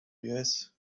jest